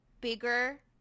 bigger